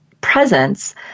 presence